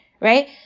right